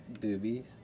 Boobies